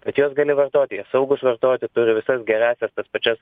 bet juos gali vartoti jie saugūs vartoti turi visas gerąsias tas pačias